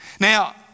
Now